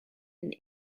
and